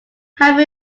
have